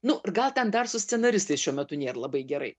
nu ir gal ten dar su scenaristais šiuo metu nėr labai gerai